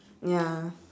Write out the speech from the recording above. ya